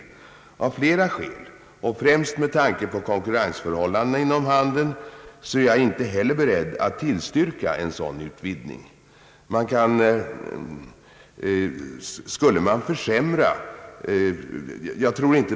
Detta av flera skäl, och främst med tanke på konkurrensförhållandena inom handeln är jag inte heller beredd att tillstyrka en sådan utvidgning.